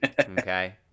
Okay